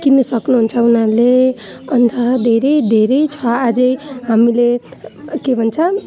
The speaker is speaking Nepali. किन्नु सक्नुहुन्छ उनीहरूले अन्त धेरै धेरै छ अझै हामीले के भन्छ